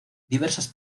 diversas